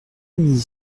amie